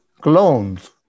clones